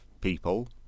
people